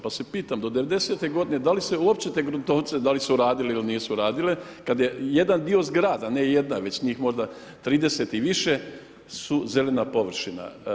Pa se pitam do '90.-te godine da li se uopće te gruntovnice, da li su radile ili nisu radile kada je jedan dio zgrada, ne jedna već njih možda 30 i više su zelena površina.